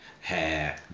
hair